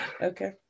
Okay